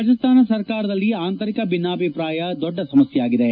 ರಾಜಸ್ಥಾನ್ ಸರ್ಕಾರದಲ್ಲಿ ಆಂತರಿಕ ಭಿನ್ನಾಭಿಪ್ರಾಯ ದೊಡ್ಡ ಸಮಸ್ಕೆಯಾಗಿದೆ